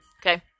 okay